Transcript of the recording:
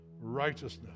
righteousness